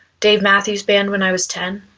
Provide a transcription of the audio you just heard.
dave matthews band when i was ten?